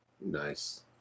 Nice